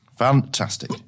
Fantastic